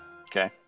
Okay